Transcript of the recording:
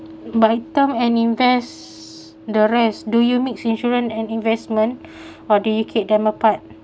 by term and invest the rest do you mix insurance and investment or do you keep them apart